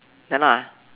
ya lah